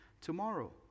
tomorrow